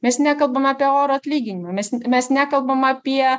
mes nekalbam apie orų atlyginimą mes mes nekalbam apie